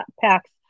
packs